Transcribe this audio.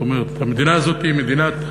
זאת אומרת, המדינה הזאת היא מדינת היהודים,